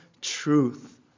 truth